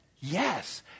Yes